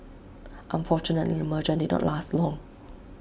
unfortunately the merger did not last long